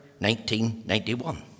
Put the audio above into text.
1991